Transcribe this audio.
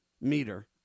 meter